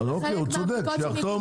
זה חלק --- הוא צודק,